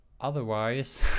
otherwise